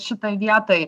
šitoj vietoj